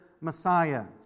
Messiah